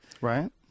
Right